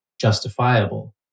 justifiable